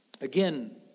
Again